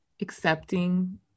accepting